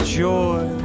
joy